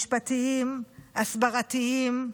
משפטיים, הסברתיים,